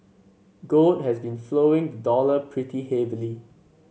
gold has been following the dollar pretty heavily